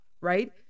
right